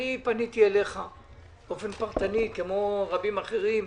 אני פניתי אליך באופן פרטני, כמו רבים אחרים,